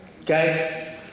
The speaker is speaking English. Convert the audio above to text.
Okay